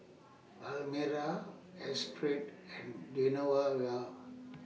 Almyra Astrid and Genoveva